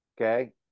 Okay